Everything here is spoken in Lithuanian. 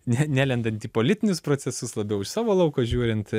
ne nelendant į politinius procesus labiau iš savo lauko žiūrint